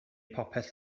popeth